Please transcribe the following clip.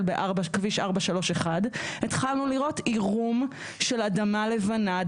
בכביש 431 התחלנו לראות עירום של אדמה לבנה,